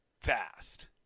fast